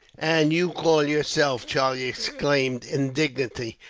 and you call yourself, charlie exclaimed indignantly,